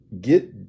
get